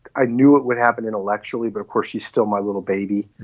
i knew it would happen intellectually. but of course, she's still my little baby,